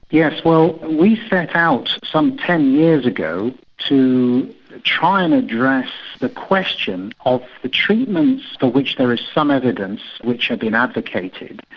yes, well we set out some ten years ago to try and address the question of the treatments for but which there is some evidence which have been advocated.